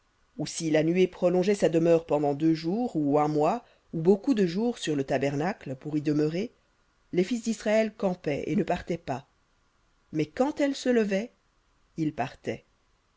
ou si la nuée prolongeait sa demeure pendant deux jours ou un mois ou de jours sur le tabernacle pour y demeurer les fils d'israël campaient et ne partaient pas mais quand elle se levait ils partaient